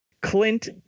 Clint